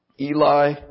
Eli